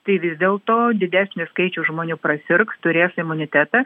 tai vis dėl to didesnis skaičius žmonių prasirgs turės imunitetą